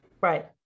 right